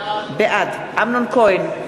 בעד אמנון כהן,